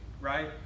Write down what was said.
right